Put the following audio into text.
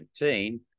2019